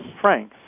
Frank